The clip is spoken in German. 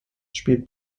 spielt